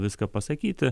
viską pasakyti